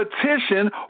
petition